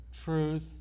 truth